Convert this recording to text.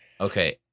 okay